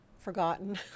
Forgotten